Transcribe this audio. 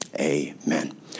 amen